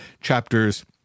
Chapters